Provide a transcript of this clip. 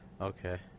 Okay